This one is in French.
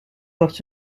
doivent